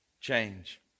change